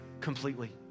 completely